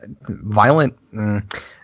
violent